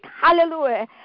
Hallelujah